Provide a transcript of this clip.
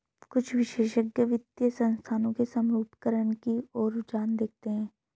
कुछ विशेषज्ञ वित्तीय संस्थानों के समरूपीकरण की ओर रुझान देखते हैं